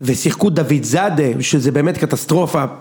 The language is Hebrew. ושיחקו דוד זאדה, שזה באמת קטסטרופה.